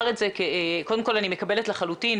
קודם כל אני מקבלת לחלוטין,